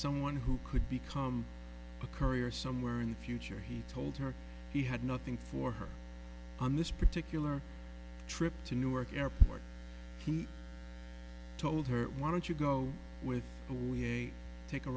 someone who could become a courier somewhere in the future he told her he had nothing for her on this particular trip to newark airport he told her why don't you go with the we have a take a